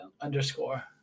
underscore